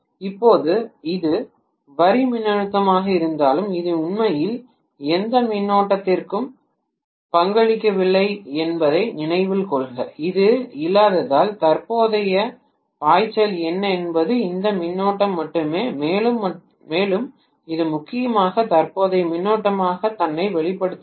இப்போது இது வரி மின்னழுத்தமாக இருந்தாலும் இது உண்மையில் எந்த மின்னோட்டத்திற்கும் பங்களிக்கவில்லை என்பதை நினைவில் கொள்க இது இல்லாததால் தற்போதைய பாய்ச்சல் என்ன என்பது இந்த மின்னோட்டம் மட்டுமே மேலும் இது முக்கியமாக தற்போதைய மின்னோட்டமாக தன்னை வெளிப்படுத்துகிறது